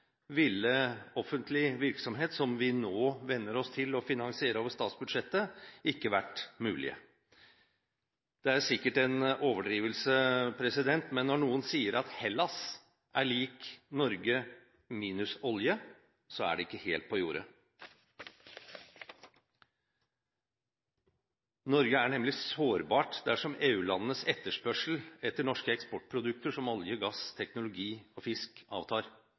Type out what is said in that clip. ville offentlig virksomhet, som vi nå venner oss til å finansiere over statsbudsjettet, ikke vært mulig. Det er sikkert en overdrivelse, men når noen sier at Hellas er lik Norge minus olje, er det ikke helt på jordet. Norge er nemlig sårbart dersom EU-landenes etterspørsel etter norske eksportprodukter som olje, gass, teknologi og fisk avtar.